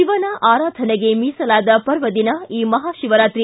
ಶಿವನ ಆರಾಧನೆಗೆ ಮೀಸಲಾದ ಪರ್ವದಿನ ಈ ಮಹಾಶಿವರಾತ್ರಿ